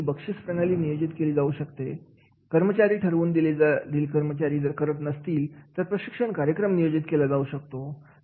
यासाठी बक्षीस प्रणाली नियोजित केली जाऊ शकते कर्मचारी ठरवून दिलेले कामगिरी करत नसतील तर प्रशिक्षण कार्यक्रम नियोजित केला जाऊ शकतो